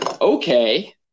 Okay